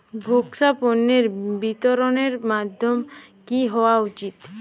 ভোক্তা পণ্যের বিতরণের মাধ্যম কী হওয়া উচিৎ?